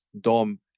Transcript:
DOM